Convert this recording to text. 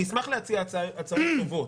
אני אשמח להציע הצעות טובות.